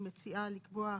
היא מציעה לקבוע חזקה.